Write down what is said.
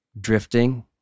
drifting